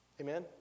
Amen